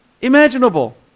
imaginable